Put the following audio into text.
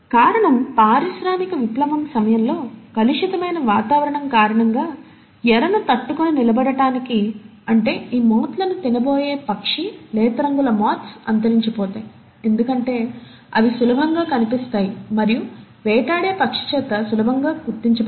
కారణం పారిశ్రామిక విప్లవం సమయంలో కలుషితమైన వాతావరణం కారణంగా ఎరను తట్టుకుని నిలబడటానికి అంటే ఈ మాత్ లను తినబోయే పక్షి లేత రంగుల మాత్స్ అంతరించిపోతాయి ఎందుకంటే అవి సులభంగా కనిపిస్తాయి మరియు వేటాడే పక్షి చేత సులభంగా గుర్తించబడతాయి